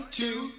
two